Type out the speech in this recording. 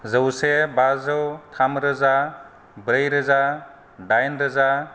जौसे बाजौ थाम रोजा ब्रै रोजा दाइन रोजा